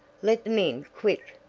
let them in! quick!